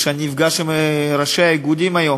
אני נפגש עם ראשי האיגודים היום,